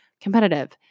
competitive